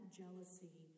jealousy